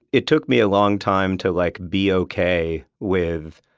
it took me a long time to like be okay with